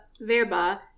Verba